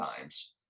times